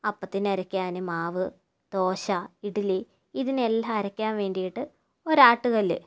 അപ്പത്തിന് അരയ്ക്കാൻ മാവ് ദോശ ഇഡ്ഡലി ഇതിനെയെല്ലാം അരയ്ക്കാൻ വേണ്ടിയിട്ട് ഒരാട്ടുകല്ല്